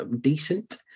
decent